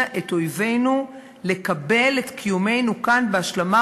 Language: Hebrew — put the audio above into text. את אויבינו לקבל את קיומנו כאן בהשלמה,